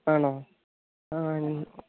ആണോ ആ